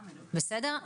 בסדר?